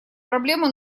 проблемы